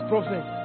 prophet